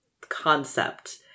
concept